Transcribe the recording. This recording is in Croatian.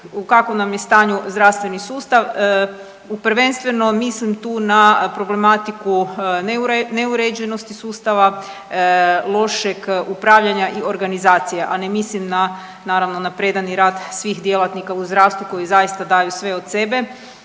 u kakvom nam je stanju zdravstveni sustav. Prvenstveno mislim tu na problematiku neuređenosti sustava, lošeg upravljanja i organizacija, a ne mislim na, naravno na predani rad svih djelatnika u zdravstvu koji zaista daju sve od sebe.